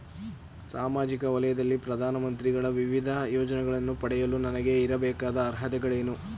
ಸಾಮಾಜಿಕ ವಲಯದ ಪ್ರಧಾನ ಮಂತ್ರಿಗಳ ವಿವಿಧ ಯೋಜನೆಗಳನ್ನು ಪಡೆಯಲು ನನಗೆ ಇರಬೇಕಾದ ಅರ್ಹತೆಗಳೇನು?